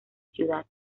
ciudad